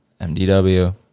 MDW